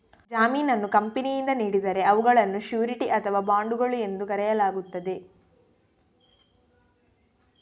ಜಾಮೀನನ್ನು ಕಂಪನಿಯಿಂದ ನೀಡಿದರೆ ಅವುಗಳನ್ನು ಶ್ಯೂರಿಟಿ ಅಥವಾ ಬಾಂಡುಗಳು ಎಂದು ಕರೆಯಲಾಗುತ್ತದೆ